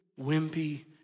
wimpy